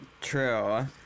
True